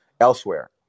elsewhere